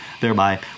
Thereby